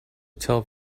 tell